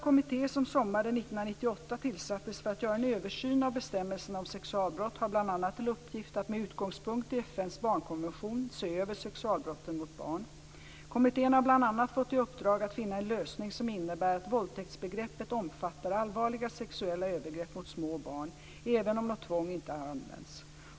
1998 tillsattes för att göra en översyn av bestämmelserna om sexualbrott har bl.a. till uppgift att med utgångspunkt i FN:s barnkonvention se över sexualbrotten mot barn. Kommittén har bl.a. fått i uppdrag att finna en lösning som innebär att våldtäktsbegreppet omfattar allvarliga sexuella övergrepp mot små barn, även om något tvång inte har använts.